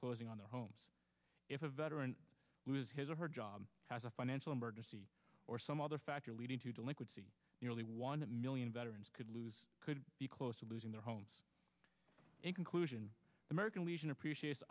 closing on their homes if a veteran loses his or her job has a financial emergency or some other factor leading to delinquency nearly one million veterans could lose could be close to losing their homes in conclusion american legion appreciate